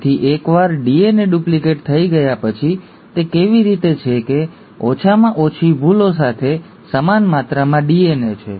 તેથી એકવાર DNA duplicate થઈ ગયા પછી તે કેવી રીતે છે કે ઓછામાં ઓછી ભૂલો સાથે સમાન માત્રામાં ડીએનએ છે